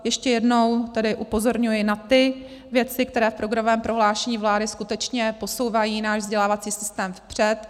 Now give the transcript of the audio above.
Ještě jednou tedy upozorňuji na ty věci, které v programovém prohlášení vlády skutečně posouvají náš vzdělávací systém vpřed.